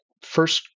first